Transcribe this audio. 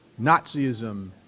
Nazism